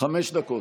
חמש דקות,